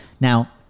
Now